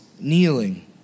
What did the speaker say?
kneeling